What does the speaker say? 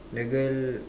the girl